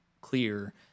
clear